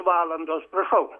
valandos prašau